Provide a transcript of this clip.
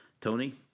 Tony